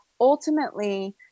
ultimately